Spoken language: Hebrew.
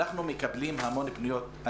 אנחנו מקבלים המון פניות.